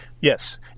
Yes